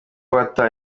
bateye